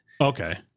Okay